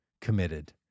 committed